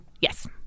yes